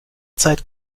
zeit